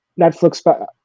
Netflix